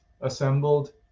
assembled